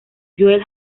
joel